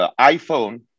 iPhone